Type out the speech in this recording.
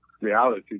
reality